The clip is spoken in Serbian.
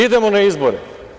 Idemo na izbore.